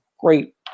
great